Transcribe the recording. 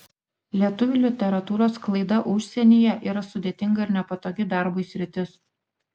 lietuvių literatūros sklaida užsienyje yra sudėtinga ir nepatogi darbui sritis